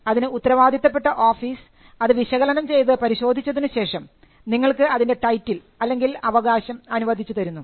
അതിന് ഉത്തരവാദിത്തപ്പെട്ട ഓഫീസ് അത് വിശകലനം ചെയ്തു പരിശോധിച്ചതിനുശേഷം നിങ്ങൾക്ക് അതിൻറെ ടൈറ്റിൽ അല്ലെങ്കിൽ അവകാശം അനുവദിച്ചു തരുന്നു